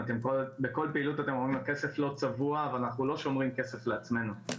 בכל פעילות אתם אומרים הכסף לא צבוע ואנחנו לא שומרים כסף לעצמנו,